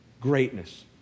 Greatness